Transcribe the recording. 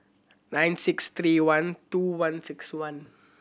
nine six three one two one six one